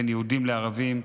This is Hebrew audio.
בין יהודים לערבים,